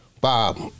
Bob